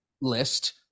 list